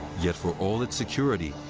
yet for all its security,